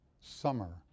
summer